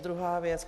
Druhá věc.